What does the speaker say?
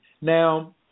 Now